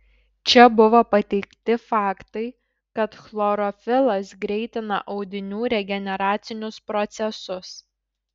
čia buvo pateikti faktai kad chlorofilas greitina audinių regeneracinius procesus